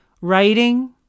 writing